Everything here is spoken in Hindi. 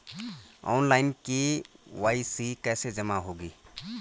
ऑनलाइन के.वाई.सी कैसे जमा होगी?